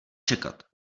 čekat